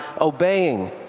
obeying